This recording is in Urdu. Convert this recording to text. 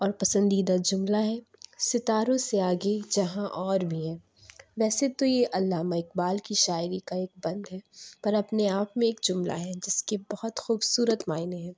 اور پسندیدہ جملہ ہے ستاروں سے آگے جہاں اور بھی ہیں ویسے تو یہ علامہ اقبال کی شاعری کا ایک بند ہے پر اپنے آپ میں ایک جملہ ہے جس کے بہت خوبصورت معنٰی ہیں